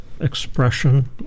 expression